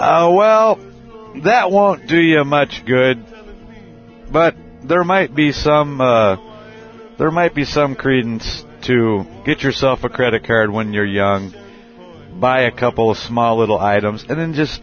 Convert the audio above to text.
man well that won't do you much good but there might be some there might be some credence to get yourself a credit card when you're young by a couple of small little items and then just